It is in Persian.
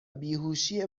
بیهوشی